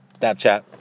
Snapchat